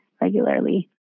regularly